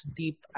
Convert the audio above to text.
deep